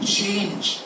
change